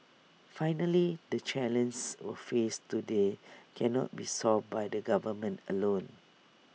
finally the challenges we face today cannot be solved by the government alone